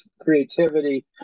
creativity